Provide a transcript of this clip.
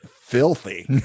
filthy